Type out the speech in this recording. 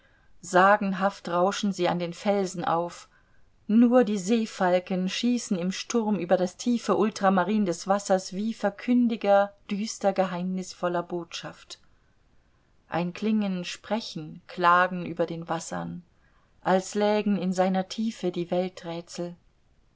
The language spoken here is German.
sagenhaft rauschen sie an den felsen auf nur die seefalken schießen im sturm über das tiefe ultramarin des wassers wie verkündiger düster geheimnisvoller botschaft ein klingen sprechen klagen über den wassern als lägen in seiner tiefe die